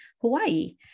Hawaii